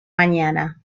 mañana